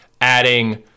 adding